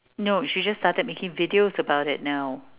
no she just started making videos about it now